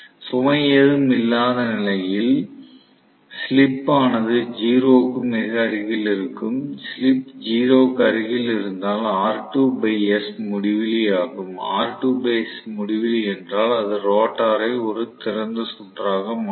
சுமை ஏதும் இல்லாத நிலையில் ஸ்லிப் ஆனது 0 க்கு மிக அருகில் இருக்கும் ஸ்லிப் 0 க்கு அருகில் இருந்தால் R2s முடிவிலி ஆகும் R2s முடிவிலி என்றால் அது ரோட்டரை திறந்த சுற்றாக மாற்றும்